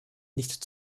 nicht